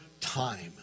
time